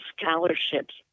scholarships